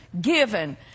given